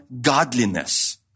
godliness